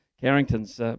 Carrington's